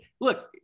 look